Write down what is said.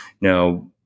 Now